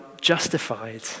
justified